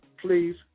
please